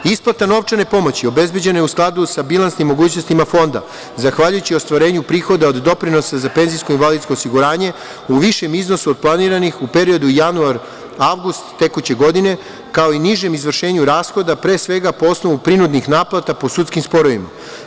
Isplata novčane pomoći obezbeđena je u skladu sa bilansnim mogućnostima Fonda, zahvaljujući ostvarenju prihoda od doprinosa za PIO u višem iznosu od planiranih u periodu januar – avgust tekuće godine, kao i nižem izvršenju rashoda, pre svega po osnovu prinudnih naplata po sudskim sporovima.